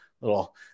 little